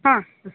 ಹಾಂ